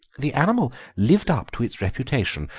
the animal lived up to its reputation,